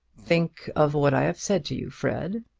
think of what i have said to you, fred,